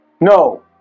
no